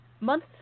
month